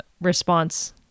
response